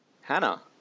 Hannah